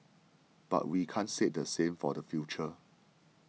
but we can't say the same for the future